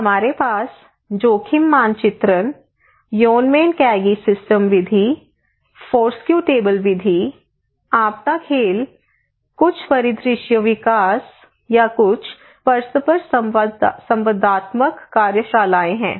हमारे पास जोखिम मानचित्रण योनमेनकैगी सिस्टम विधि फोरस्क्यू टेबल विधि आपदा खेल कुछ परिदृश्य विकास या कुछ परस्पर संवादात्मक कार्यशालाएं हैं